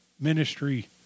ministry